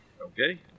Okay